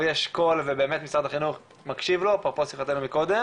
יש קול ובאמת משרד החינוך מקשיב לו אפרופו שיחתנו מקודם